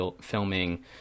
filming